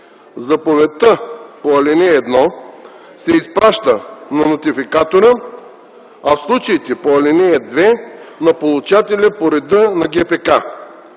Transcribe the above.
Заповедта по ал. 1 се изпраща на нотификатора, а в случаите по ал. 2 – на получателя, по реда на ГПК.